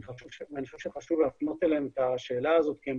חושב שחשוב להפנות אליהם את השאלה הזו כי הם